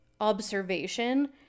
observation